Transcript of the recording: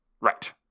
Right